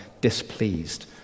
displeased